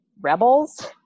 rebels